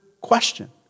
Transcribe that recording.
question